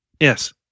Yes